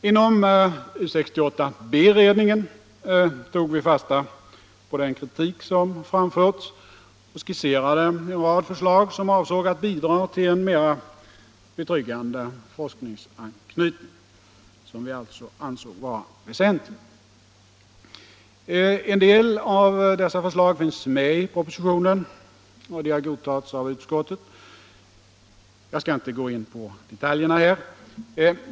Inom U 68-beredningen tog vi fasta på den kritik som framförts och skisserade en rad förslag som var avsedda att bidra till en mera betryggande forskningsanknytning, som vi alltså ansåg vara väsentlig. En del av dessa förslag finns med i propositionen, och de har godtagits av utskottet. Jag skall här inte gå in på detaljerna.